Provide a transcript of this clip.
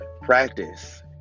practice